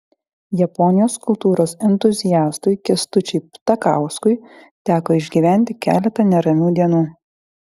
japonijos kultūros entuziastui kęstučiui ptakauskui teko išgyventi keletą neramių dienų